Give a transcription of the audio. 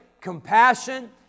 compassion